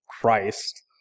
Christ